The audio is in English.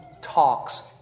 talks